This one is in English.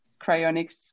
cryonics